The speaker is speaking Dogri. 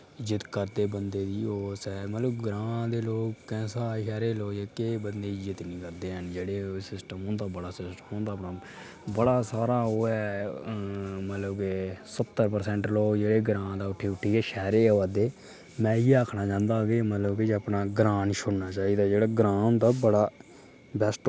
इज्जत करदे बंदे दी ओह् सैह् मतलब ग्रांऽ दे लोकें शा शैह्रें दे लोक जेह्के बंदे दी इज्जत निं करदे हैन जेह्ड़े सिस्टम होंदा बड़ा सिस्टम होंदा अपना बड़ा सारा ओह् ऐ मतलब कि स्हत्तर परसैंट लोक जेह्ड़े ग्रांऽ दा उठी उठियै शैह्रें ई आवै दे में इ'यै आखना चांह्दा कि मतलब कि अपना ग्रांऽ नेईं छोड़ना चाहिदा जेह्ड़ा ग्रांऽ होंदा बड़ा बैस्ट होंदा